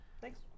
thanks